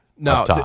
No